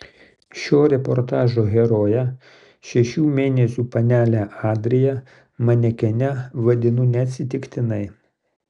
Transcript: šio reportažo heroję šešių mėnesių panelę adriją manekene vadinu neatsitiktinai